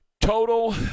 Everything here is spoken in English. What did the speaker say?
Total